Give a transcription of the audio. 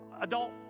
adult